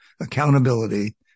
accountability